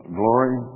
glory